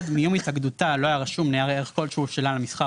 מיום התאגדותה לא היה רשום נייר ערך כלשהו שלה למסחר